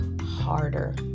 harder